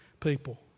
people